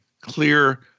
clear